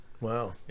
Wow